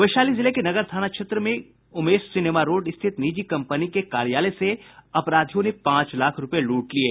वैशाली जिले के नगर थाना क्षेत्र के उमेश सिनेमा रोड स्थित निजी कंपनी के कार्यालय से अपराधियों ने पांच लाख रुपये लूट लिये